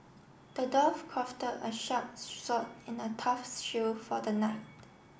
the dwarf crafted a sharp sword and a tough shield for the knight